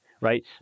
right